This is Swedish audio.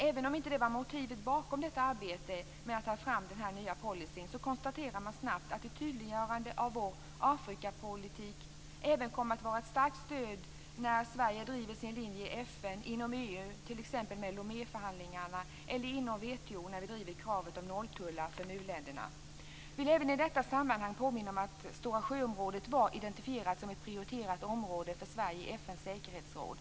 Även om det inte var motivet bakom detta arbete med att ta fram denna policy konstaterar man snabbt att ett tydliggörande av vår Afrikapolitik även kommer att vara ett starkt stöd när Sverige driver sin linje i FN och inom EU, t.ex. med Loméförhandlingarna, eller inom WTO när vi driver kravet om nolltullar för Vi vill även i detta sammanhang påminna om att stora-sjö-området var identifierat som ett prioriterat område för Sverige i FN:s säkerhetsråd.